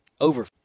over